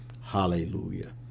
Hallelujah